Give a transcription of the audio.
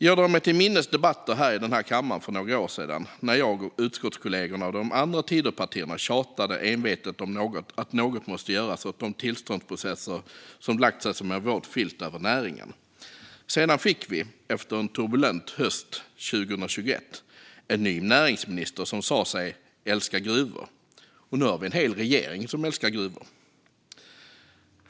Jag drar mig till minnes debatter här i kammaren för några år sedan när jag och utskottskollegor ur de andra Tidöpartierna envetet tjatade om att något måste göras åt de tillståndsprocesser som lagt sig som en våt filt över näringen. Sedan fick vi efter en turbulent höst 2021 en ny näringsminister som sa sig älska gruvor, och nu har vi en hel regering som älskar gruvor.